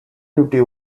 duty